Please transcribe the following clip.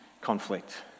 conflict